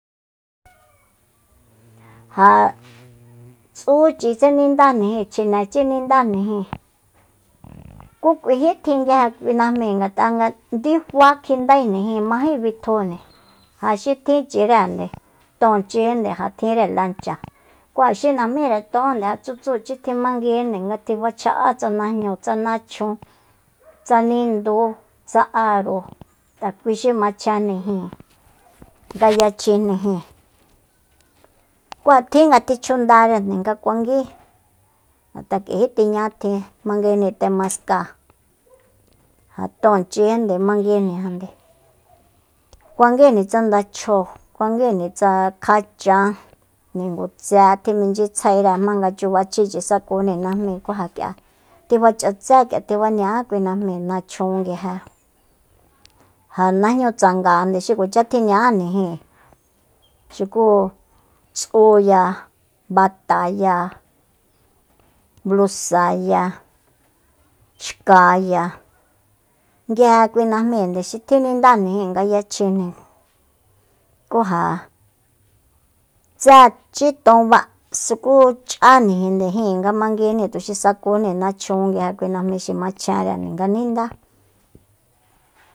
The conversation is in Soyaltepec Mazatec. Ja tsúchitse nindájnijíin chjinechi nindájnijin kú k'uiji tjin nguije kui najmíi ngat'a nga ndifa kjindaejnijin majé bitjujni ja xi tjinchirende tóonchinde ja tjinre lancha ku ja xi najmíre ton ja tsutsuchi tjimanguinde nga tjifacha'á tsa najñúu tsa nachjun tsa nindu tsa aro ja lui xi machjenjnijin nga yachjinjni jíin ku ja tjin nga tichjundare nga kuanguí ngat'a nga k'uijí tiña tjin manguijni temascáa ja tóonchinde manguijnijande kuanguijni tsa ndachjóo kuanguíjni tsa kjachan ningutse tjiminchyitsjaere jmanga chubachjíchi sakujni najmíi ku ja k'ia tjifa'chatsé tjifaña'á kui najmíi nachjun nguije ja najñu tsanga xi kuacha tjiña'ájnijin xuku ts'uya bataya blusaya xkaya nguije kui najmíinde xi tjinindájnijíin nga yachjijni ku ja tséchi ton ba sukú ch'ájnijindejíin nga manguijni tuxi sakujni nachjunya nguije kui najmi xi machjenre nga nindá